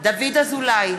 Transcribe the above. דוד אזולאי,